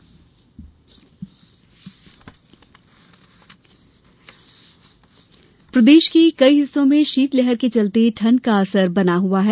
मौसम प्रदेश के कई हिस्सों में शीतलहर के चलते ठंड का असर बना हुआ है